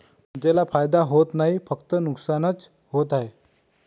जनतेला फायदा होत नाही, फक्त नुकसानच होत आहे